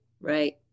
Right